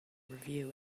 review